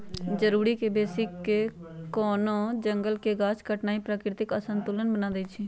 जरूरी से बेशी कोनो जंगल के गाछ काटनाइ प्राकृतिक असंतुलन बना देइछइ